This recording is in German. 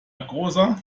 großer